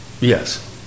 Yes